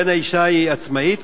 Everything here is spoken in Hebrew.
אם האשה היא עצמאית.